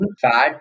fat